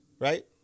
right